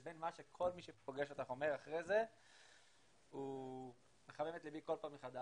לבין מה שכל מי שפוגש אותך אומר אחרי זה מחמם את לבי כל פעם מחדש.